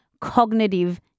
cognitive